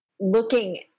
looking